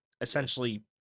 essentially